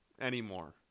anymore